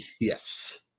yes